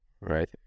right